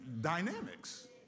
dynamics